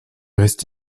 reste